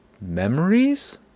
memories